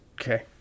Okay